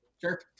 Sure